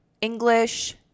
English